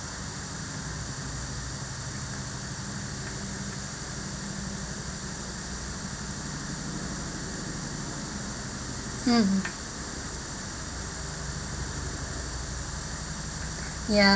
mm ya